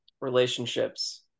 relationships